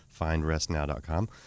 findrestnow.com